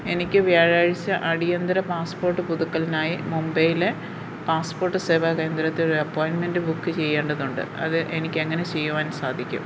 എനിക്ക് വ്യാഴാഴ്ച അടിയന്തര പാസ്പോർട്ട് പുതുക്കലിനായി മുംബൈയിലെ പാസ്പോർട്ട് സേവാ കേന്ദ്രത്തിൽ ഒരു അപ്പോയിൻ്റ്മെൻ്റ് ബുക്ക് ചെയ്യേണ്ടതുണ്ട് അത് എനിക്കെങ്ങനെ ചെയ്യുവാൻ സാധിക്കും